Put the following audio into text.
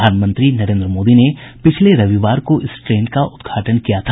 प्रधानमंत्री नरेन्द्री मोदी ने पिछले रविवार को इस ट्रेन का उद्घाटन किया था